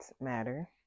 matter